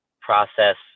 process